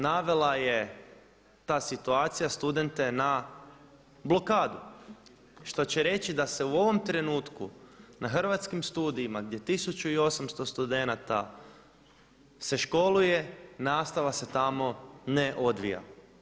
Navela je ta situacija studente na blokadu što će reći da se u ovom trenutku na Hrvatskim studijima gdje 1800 studenata se školuje nastava se tamo ne odvija.